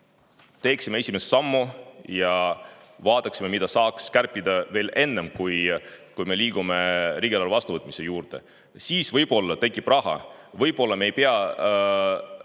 asemel esimese sammu ja vaataksime, mida saaks kärpida veel enne, kui me liigume riigieelarve vastuvõtmise juurde. Siis võib-olla tekib raha ja võib-olla me ei pea